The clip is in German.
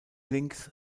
links